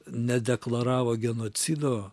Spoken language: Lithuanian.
nedeklaravo genocido